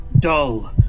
Dull